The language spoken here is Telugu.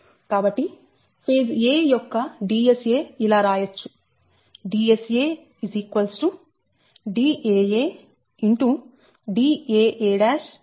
కాబట్టి ఫేజ్ a యొక్క Dsa ఇలా రాయచ్చు Dsa daa